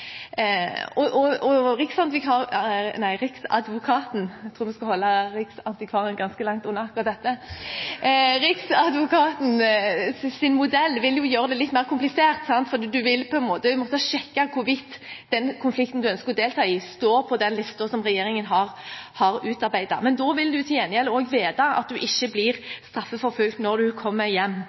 nei, jeg tror vi skal holde Riksantikvaren ganske langt unna dette – Riksadvokatens modell vil gjøre det litt mer komplisert, for man vil på en måte måtte sjekke hvorvidt den konflikten man ønsker å delta i, står på listen som regjeringen har utarbeidet. Da vil man til gjengjeld også vite at man ikke blir straffeforfulgt når man kommer hjem.